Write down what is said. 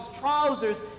trousers